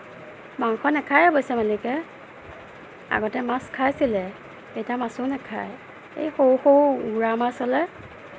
মাংস নাখায়েই অৱশ্যে মালিকে আগতে মাছ খাইছিলে এতিয়া মাছো নাখায় এই সৰু সৰু গুড়া মাছ হ'লে